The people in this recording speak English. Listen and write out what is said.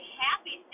happy